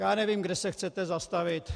Já nevím, kde se chcete zastavit.